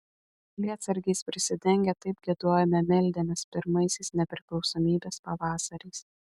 lietsargiais prisidengę taip giedojome meldėmės pirmaisiais nepriklausomybės pavasariais